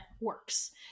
works